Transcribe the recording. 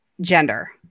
gender